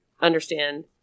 understand